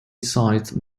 sized